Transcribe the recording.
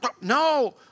No